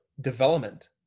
development